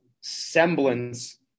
semblance